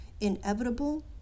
inevitable